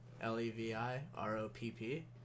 L-E-V-I-R-O-P-P